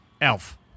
Elf